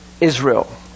Israel